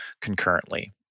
concurrently